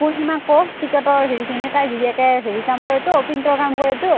পূৰ্ণিমা কওঁ টিকটৰ হেৰিখিনি এ হেৰি কাম কৰেতো প্ৰিণ্টৰ কাম কৰেতো